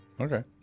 Okay